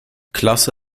klasse